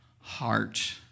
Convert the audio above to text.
heart